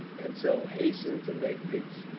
and so hastened to make peace.